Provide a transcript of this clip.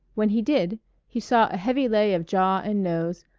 when he did he saw a heavy lay of jaw and nose,